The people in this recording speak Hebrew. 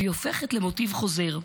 והיא הופכת למוטיב חוזר.